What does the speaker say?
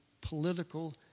political